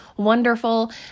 Wonderful